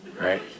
right